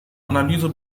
analyse